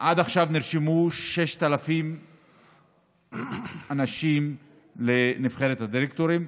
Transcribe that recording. עד עכשיו נרשמו 6,000 אנשים לנבחרת הדירקטורים,